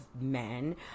men